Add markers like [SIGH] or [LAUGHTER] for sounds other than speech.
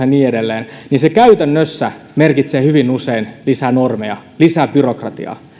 [UNINTELLIGIBLE] niin edelleen niin se käytännössä merkitsee hyvin usein lisää normeja ja lisää byrokratiaa